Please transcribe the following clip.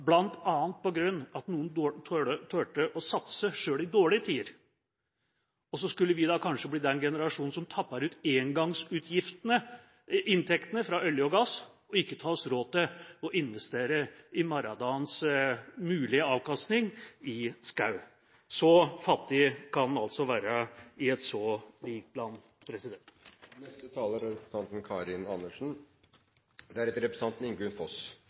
bl.a. på grunn av at noen altså turte å satse selv i dårlige tider. Og så skulle vi da kanskje bli den generasjonen som tapper ut engangsinntektene fra olje og gass, og som ikke tar oss råd til å investere i morgendagens mulige avkastning i skog. Så fattige kan en altså være i et så rikt land.